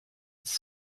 its